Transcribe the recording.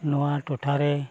ᱱᱚᱣᱟ ᱴᱚᱴᱷᱟ ᱨᱮ